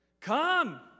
come